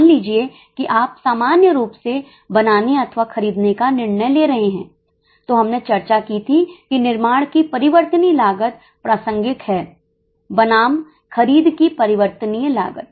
मान लीजिए कि आप सामान्य रूप से बनाने अथवा खरीदने का निर्णय ले रहे हैं तो हमने चर्चा की थी कि निर्माण की परिवर्तनीय लागत प्रासंगिक है बनाम खरीद की परिवर्तनीय लागत